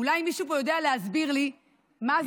אולי מישהו פה יודע להסביר לי מה זה,